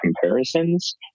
comparisons